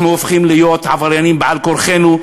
אנחנו הופכים להיות עבריינים בעל-כורחנו,